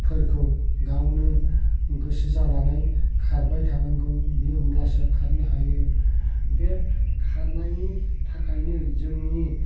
गावनो गोसो जानानै खारबाय थानांगौ होमब्लासो खारनो हायो बे खारनायनि थाखायनो जोंनि